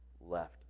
left